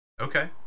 Okay